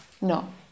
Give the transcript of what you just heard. No